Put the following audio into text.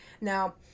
Now